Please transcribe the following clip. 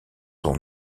son